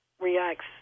reacts